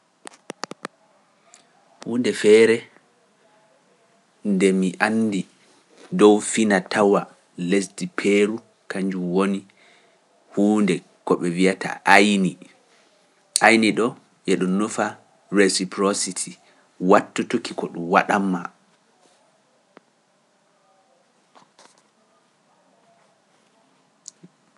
Huunde feere nde mi anndi dow fina tawa lesdi peeru, kañjum woni huunde ko ɓe wiyata ayni, ayni ɗo yeɗu noofa reciproity wattutuki ko ɗum waɗanma.